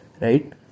right